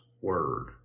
word